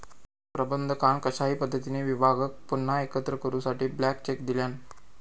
प्रबंधकान कशाही पद्धतीने विभागाक पुन्हा एकत्र करूसाठी ब्लँक चेक दिल्यान